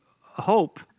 hope